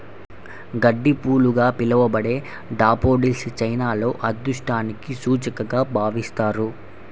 గడ్డిపూలుగా పిలవబడే డాఫోడిల్స్ చైనాలో అదృష్టానికి సూచికగా భావిస్తారు